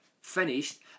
finished